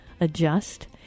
adjust